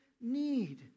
need